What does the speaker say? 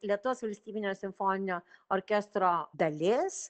lietuvos valstybinio simfoninio orkestro dalis